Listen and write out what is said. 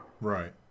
Right